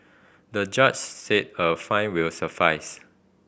the judge said a fine will suffice